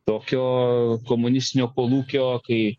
tokio komunistinio kolūkio kai